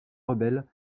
rebelles